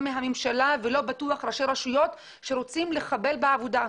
מהממשלה ובטוח לא ראשי רשויות שרוצים לחבל בעבודה.